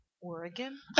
Oregon